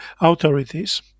authorities